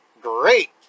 Great